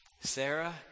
Sarah